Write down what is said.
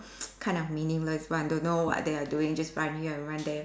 kind of meaningless but I don't know what they are doing just run here and run there